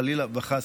חלילה וחס.